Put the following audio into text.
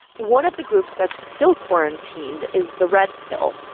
one of the groups that's still quarantined is the red pill.